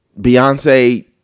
Beyonce